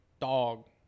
Dog